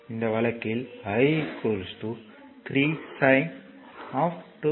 எனவே இந்த வழக்கில் i 3 sin 2π0